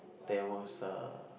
there was err